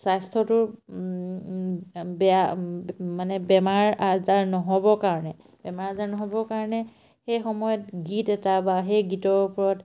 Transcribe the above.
স্বাস্থ্যটোৰ বেয়া মানে বেমাৰ আজাৰ নহ'বৰ কাৰণে বেমাৰ আজাৰ নহ'বৰ কাৰণে সেই সময়ত গীত এটা বা সেই গীতৰ ওপৰত